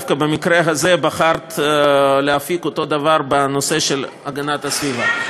דווקא במקרה הזה בחרת להפיק אותו דבר בנושא של הגנת הסביבה.